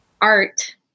Art